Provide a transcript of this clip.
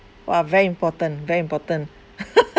!wah! very important very important